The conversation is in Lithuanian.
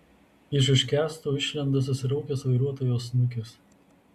iš už kęsto išlenda susiraukęs vairuotojo snukis